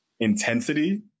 Intensity